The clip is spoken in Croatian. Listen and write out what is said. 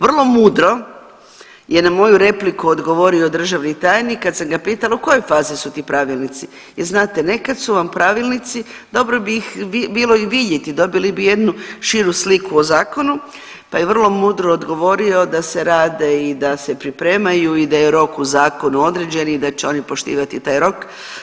Vrlo mudro je na moju repliku odgovorio državni tajnik kad sam ga pitala u kojoj fazi su ti pravilnici jer znate nekad su vam pravilnici, dobro bi ih bilo i vidjeti, dobili bi jednu širu sliku o zakonu, pa je vrlo mudro odgovorio da se rade i da se pripremaju i da je rok u zakonu određen i da će oni poštivati taj rok.